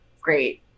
great